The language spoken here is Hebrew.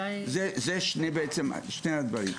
אלו שני הדברים.